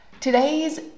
Today's